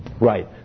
Right